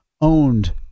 owned